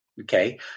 Okay